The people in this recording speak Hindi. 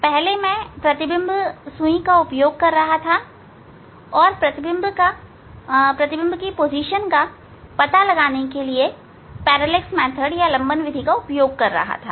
पहले मैं सुई प्रतिबिंब का उपयोग कर रहा था और प्रतिबिंब की स्थिति का पता लगाने के लिए लंबन विधि का उपयोग कर रहा था